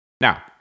Now